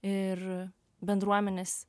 ir bendruomenes